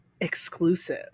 exclusive